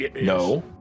No